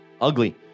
ugly